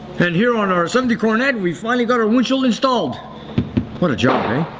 and here on our seventy cornette we finally got a windshield installed what a job